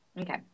okay